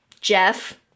jeff